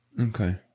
Okay